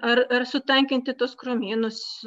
ar ar sutankinti tuos krūmynus